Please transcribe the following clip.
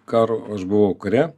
karo aš buvau kare